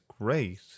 great